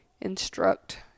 instruct